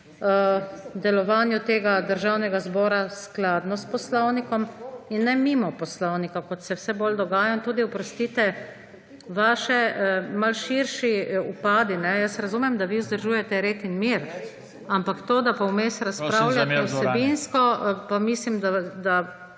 delovanju tega državnega zbora skladno s poslovnikom in ne mimo poslovnika, kot se vse bolj dogaja. In oprostite, tudi vaši malo širši vpadi, jaz razumem, da vi vzdržujete red in mir, ampak to, da pa vmes razpravljate vsebinsko …/